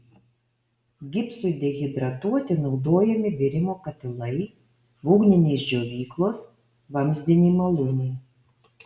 gipsui dehidratuoti naudojami virimo katilai būgninės džiovyklos vamzdiniai malūnai